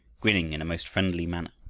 grinning in a most friendly manner.